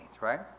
right